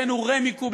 הבאנו "רמי-קוב".